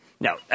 no